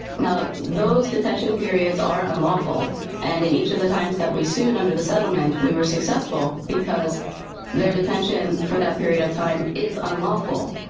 now, those detention periods are unlawful and in each of the times that we sued under the settlement, we were successful because their detention for that period of time is unlawful,